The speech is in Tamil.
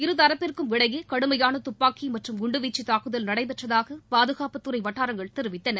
இருதரப்பிற்கும் இடையே கடுமையான தப்பாக்கி மற்றும் குண்டுவீச்சு தாக்குதல் நடைபெற்றதாக பாதுகாப்புத்துறை வட்டாரங்கள் தெரிவித்தன